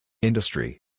Industry